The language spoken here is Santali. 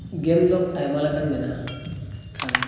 ᱜᱮᱢᱫᱚ ᱟᱭᱢᱟ ᱞᱮᱠᱟᱱ ᱢᱮᱱᱟᱜᱼᱟ ᱮᱱᱠᱷᱟᱱ